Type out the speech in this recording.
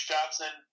Johnson